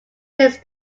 since